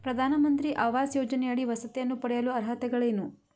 ಪ್ರಧಾನಮಂತ್ರಿ ಆವಾಸ್ ಯೋಜನೆಯಡಿ ವಸತಿಯನ್ನು ಪಡೆಯಲು ಅರ್ಹತೆಗಳೇನು?